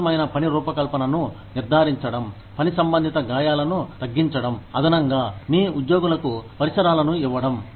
సురక్షితమైన పని రూపకల్పనను నిర్ధారించడం పని సంబంధిత గాయాలను తగ్గించడం అదనంగా మీ ఉద్యోగులకు పరిసరాలను ఇవ్వడం